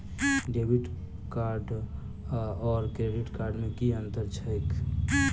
Debit card आओर credit card मे की अन्तर छैक?